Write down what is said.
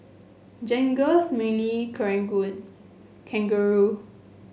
Jergens Mili Kangaroo